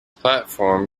platform